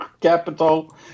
capital